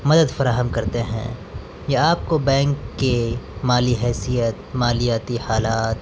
مدد فراہم کرتے ہیں یا آپ کو بینک کی مالی حیثیت مالیاتی حالات